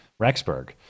Rexburg